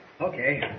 Okay